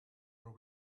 are